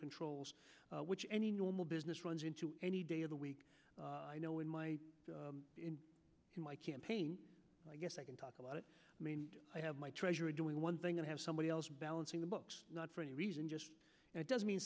controls which any normal business runs into any day of the week i know in my in my campaign i guess i can talk about it i have my treasury doing one thing and have somebody else balancing the books not for any reason just it doesn't mean